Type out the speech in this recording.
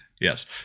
yes